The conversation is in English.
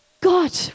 God